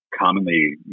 commonly